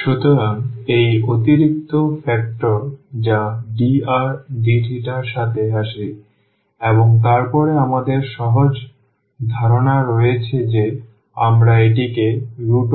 সুতরাং এই অতিরিক্ত ফ্যাক্টর যা drdθ সাথে আসে এবং তারপরে আমাদের সহজ ধারণা রয়েছে যে আমরা এটিকে a2